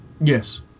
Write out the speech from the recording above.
Yes